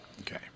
Okay